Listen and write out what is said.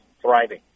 thriving